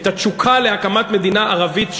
את התשוקה להקמת מדינה ערבית,